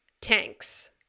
tanks